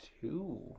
two